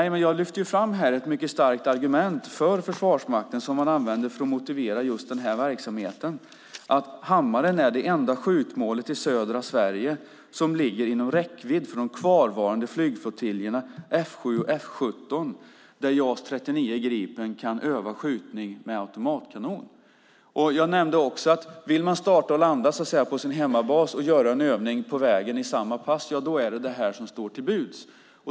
Jag lyfte fram ett mycket starkt argument för Försvarsmakten som man använder för att motivera just denna verksamhet: Hammaren är det enda skjutmålet i södra Sverige som ligger inom räckvidd för de kvarvarande flygflottiljerna F 7 och F 17 där JAS 39 Gripen kan öva skjutning med automatkanon. Jag nämnde också att om man vill starta och landa på sin hemmabas och göra en övning på vägen i samma pass är det detta som står till buds.